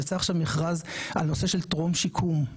יצא עכשיו מכרז על נושא של טרום שיקום,